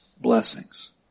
blessings